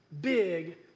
big